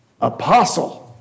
apostle